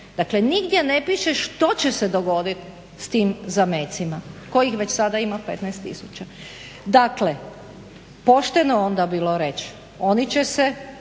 Dakle, nigdje ne piše što će se dogoditi s tim zamecima kojih već sada ima 15 tisuća. Dakle, pošteno bi onda bilo reći oni će se